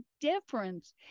difference